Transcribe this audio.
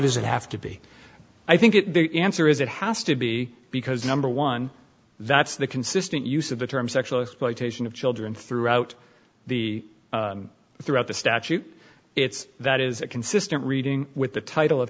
does it have to be i think it is it has to be because number one that's the consistent use of the term sexual exploitation of children throughout the throughout the statute it's that is a consistent reading with the title of